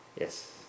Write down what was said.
Yes